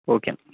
okay